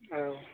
औ